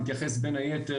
נתייחס בין היתר,